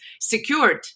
secured